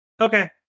okay